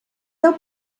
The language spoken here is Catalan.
deu